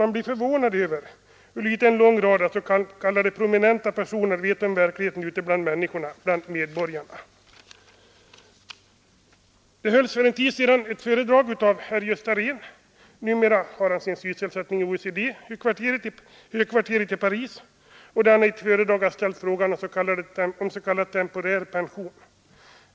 Man blir förvånad över hur litet en lång rad av s.k. prominenta personer vet om verkligheten ute bland människorna, bland medborgarna. För en tid sedan hölls ett föredrag av herr Gösta Rehn. Numera har han sin sysselsättning i OECD-högkvarteret i Paris. I sitt föredrag ställde han frågan om s.k. temporär pension.